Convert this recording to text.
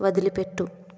వదిలిపెట్టు